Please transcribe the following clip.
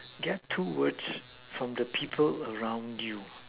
get two words from the people around you